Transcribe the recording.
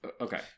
okay